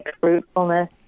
fruitfulness